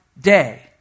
day